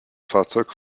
fahrzeug